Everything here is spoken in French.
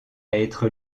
être